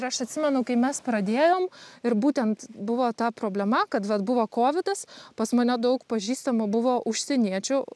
ir aš atsimenu kai mes pradėjom ir būtent buvo ta problema kad vat buvo kovidas pas mane daug pažįstamų buvo užsieniečių